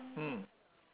hmm